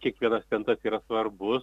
kiekvienas centas yra svarbus